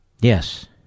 Yes